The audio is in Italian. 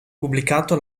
pubblicato